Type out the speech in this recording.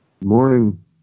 morning